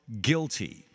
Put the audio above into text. guilty